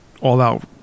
all-out